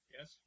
Yes